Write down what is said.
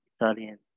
Italian